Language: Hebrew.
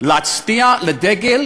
להצדיע לדגל